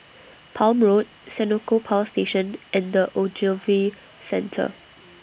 Palm Road Senoko Power Station and The Ogilvy Centre